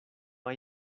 hay